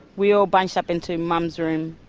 we all bunched up into mum's room,